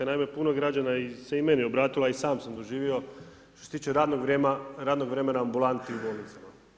Naime, puno građana se i meni obratilo a i sam sam doživio što se tiče radnog vremena ambulanti u bolnicama.